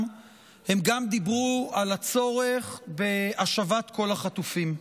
הם גם דיברו על הצורך בהשבת כל החטופים.